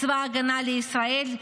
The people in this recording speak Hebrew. צבא ההגנה לישראל,